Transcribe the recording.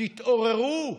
תתעוררו,